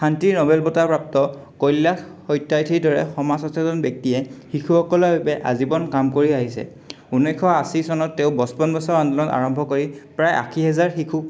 শান্তিৰ নবেল বঁটাপ্ৰাপ্ত কল্যাস সত্যাৰ্থিৰ দৰে সমাজ সচেতন ব্যক্তিয়ে শিশুসকলৰ বাবে আজীৱন কাম কৰি আহিছে ঊনৈছশ আশী চনত তেওঁ বচপন বচাও আন্দোলন আৰম্ভ কৰি প্ৰায় আশী হেজাৰ শিশুক